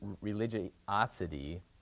religiosity